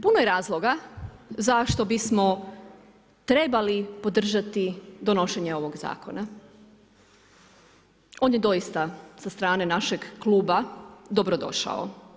Puno je razloga zašto bismo trebali podržati donošenje ovog zakona, on je dosuta sa strane našeg kluba dobrodošao.